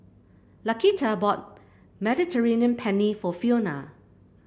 Laquita bought Mediterranean Penne for Fiona